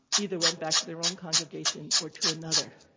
either went back to their own congregation or to another.